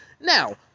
Now